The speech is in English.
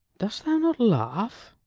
dost thou not laugh?